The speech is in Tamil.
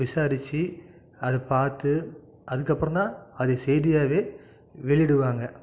விசாரித்து அதை பார்த்து அதுக்கப்புறம் தான் அது செய்தியாகவே வெளியிடுவாங்க